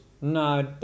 no